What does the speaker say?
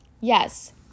Yes